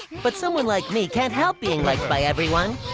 but someone like me can't help being liked by everyone.